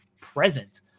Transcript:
present